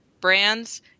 brands